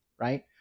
Right